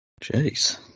Jeez